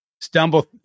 stumble